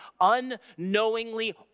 unknowingly